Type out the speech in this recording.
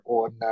on